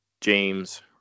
James